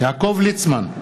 יעקב ליצמן,